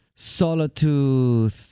Solitude